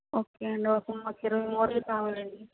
okay అండీ ఒక మాకు ఇరవై మూరలు కావాలండీ